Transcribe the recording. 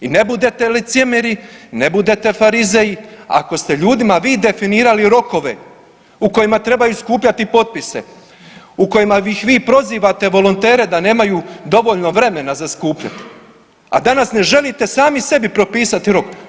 I ne budete licemjeri, ne budete farizeji ako ste ljudima vi definirali rokove u kojima trebaju skupljati potpisa, u kojima ih vi prozivate, volontere da nemaju dovoljno vremena za skupljat, a danas ne želite sami sebi propisati rok.